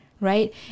right